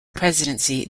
presidency